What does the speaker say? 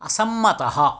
असम्मतः